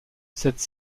cette